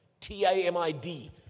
T-A-M-I-D